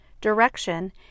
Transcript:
direction